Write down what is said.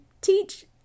teach